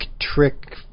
trick